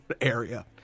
area